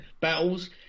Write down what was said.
battles